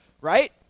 Right